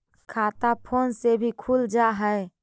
खाता फोन से भी खुल जाहै?